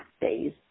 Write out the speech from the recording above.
days